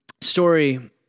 story